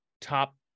top